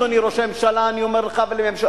אדוני ראש הממשלה, אני אומר לך ולממשלתך.